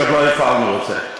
שעוד לא הפעלנו את זה.